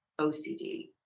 OCD